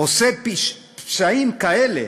עושה פשעים כאלה,